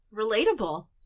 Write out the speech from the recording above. relatable